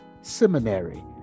Seminary